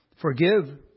Forgive